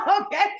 Okay